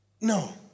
no